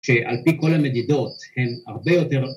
‫שעל פי כל המדידות הן הרבה יותר...